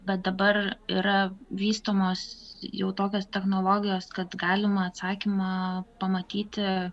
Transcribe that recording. bet dabar yra vystomos jau tokios technologijos kad galima atsakymą pamatyti